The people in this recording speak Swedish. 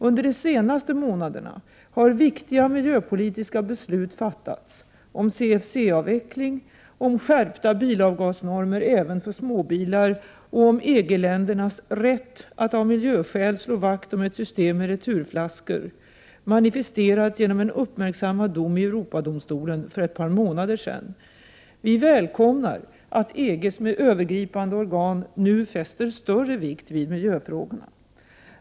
Under de senaste månaderna har viktiga miljöpolitiska beslut fattats om CFC-avveckling, om skärpta bilavgasnormer även för småbilar och om EG-ländernas rätt att av miljöskäl slå vakt om ett system med returflaskor, manifesterat genom en uppmärksammad dom i Europadomstolen för ett par månader sedan. Vi välkomnar att EG:s övergripande organ nu fäster större vikt vid miljöfrågorna.